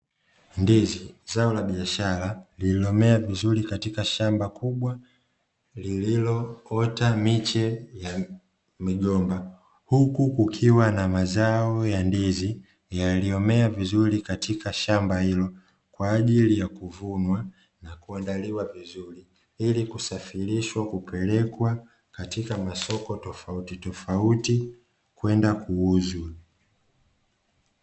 Ndizi zao la biashara lililomea vizuri katika shamba kubwa, lililoota miche ya migomba huku ukiwa na mazao ya ndizi yaliyomea vizuri katika shamba hilo kwaajili ya kuvunwa na kuandaliwa vizuri, ili kusafirishwa kupelekwa katika masoko tofauti kwenda kuuzwa.